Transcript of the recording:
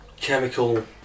chemical